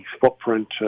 footprint